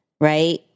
right